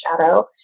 shadow